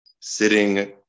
sitting